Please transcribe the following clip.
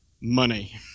money